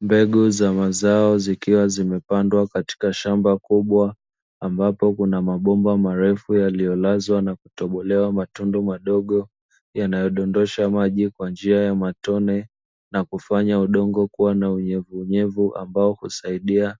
Mbegu za mazao zikiwa zimepandwa katika shamba kubwa, ambapo kuna mabomba marefu yaliyolazwa na kutobolewa matundu madogo, yanayodondosha maji kwa njia ya matone na kufanya udongo kuwa na unyevunyevu ambao husaidia